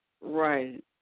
Right